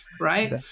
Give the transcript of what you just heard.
Right